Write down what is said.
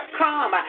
come